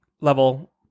level